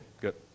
good